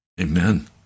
Amen